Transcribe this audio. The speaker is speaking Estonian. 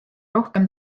rohkem